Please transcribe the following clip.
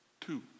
two